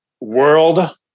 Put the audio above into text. world